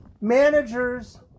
Managers